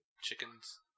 chickens